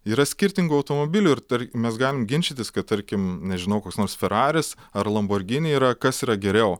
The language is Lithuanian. yra skirtingų automobilių ir tarkim mes galim ginčytis kad tarkim nežinau koks nors feraris ar lamborgini yra kas yra geriau